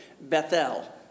Bethel